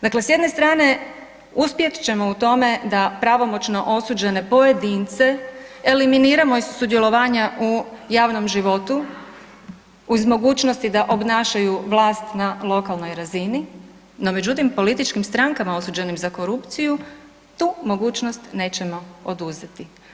Dakle, s jedne strane uspjet ćemo u tome da pravomoćno osuđene pojedince eliminiramo iz sudjelovanja u javnom životu u mogućnosti da obnašaju vlast na lokalnoj razini, no međutim političkim strankama osuđenim za korupciju tu mogućnost nećemo oduzeti.